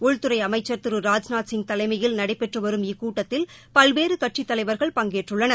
உள்துறை அமைச்சா் திரு ராஜ்நாத்சிங் தலைமையில் நடைபெற்று வரும் இக்கூட்டத்தில் பல்வேறு கட்சித் தலைவர்கள் பங்கேற்றுள்ளனர்